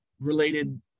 related